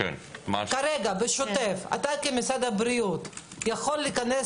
כרגע בשוטף אתה כמשרד הבריאות יכול להיכנס